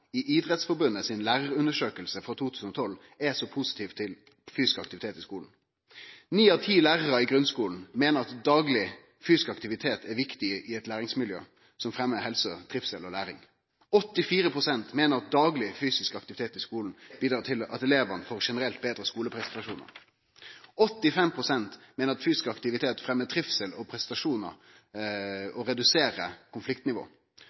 i Idrettsforbundet si lærarundersøking frå 2012 er så positive til fysisk aktivitet i skulen. Ni av ti lærarar i grunnskulen meiner at dagleg fysisk aktivitet er viktig i eit læringsmiljø som fremmar helse, trivsel og læring. 84 pst. meiner at dagleg fysisk aktivitet i skulen bidreg til at elevane får generelt betre skuleprestasjonar. 85 pst. meiner at fysisk aktivitet fremmar trivsel og prestasjonar